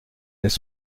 n’est